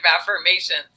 affirmations